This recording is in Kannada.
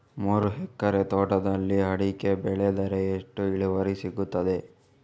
ಮೂರು ಎಕರೆ ತೋಟದಲ್ಲಿ ಅಡಿಕೆ ಬೆಳೆದರೆ ಎಷ್ಟು ಇಳುವರಿ ಸಿಗುತ್ತದೆ?